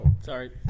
sorry